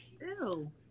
Ew